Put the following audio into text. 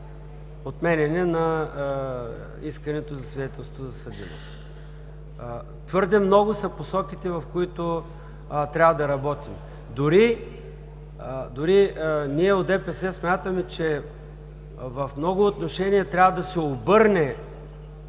отменяне на искането за свидетелство за съдимост. Твърде много са посоките, в които трябва да работим. Дори ние, от ДПС, смятаме, че в много отношения трябва да се обърне